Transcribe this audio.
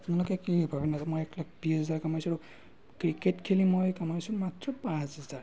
আপোনালোকে কি ভাবে নাজানো মই এক লাখ ত্ৰিশ হাজাৰ কামাইছো আৰু ক্ৰিকেট খেলি মই কামাইছো মাত্ৰ পাঁচ হাজাৰ